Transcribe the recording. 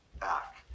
back